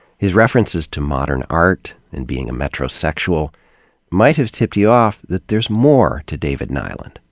his references to modern art and being a metrosexual might have tipped you off that there's more to david nylund.